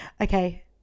okay